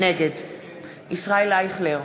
נגד ישראל אייכלר,